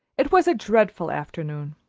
it was a dreadful afternoon.